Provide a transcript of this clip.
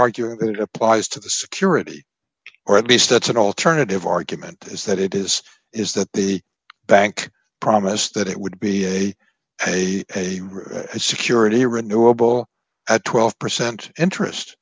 arguing that it applies to the security or at least it's an alternative argument is that it is is that the bank promised that it would be a security renewal at twelve percent interest